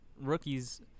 rookies